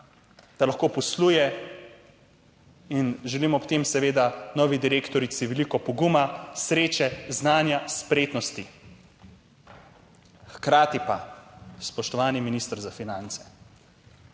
da lahko posluje, in želim ob tem seveda novi direktorici veliko poguma, sreče, znanja, spretnosti. Hkrati pa, spoštovani minister za finance,